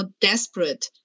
desperate